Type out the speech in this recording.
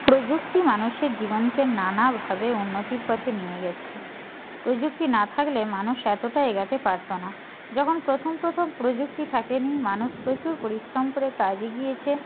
প্রযুক্তি মানুষের জীবনকে নানাভাবে উন্নতির পথে নিয়ে গিয়েছে প্রযুক্তি না থাকলে মানুষ এতটা এগোতে পারত না যখন প্রথম প্রথম প্রযুক্তি থাকেনি মানুষ প্রচুর পরিশ্রম করে কাজে গিয়েছে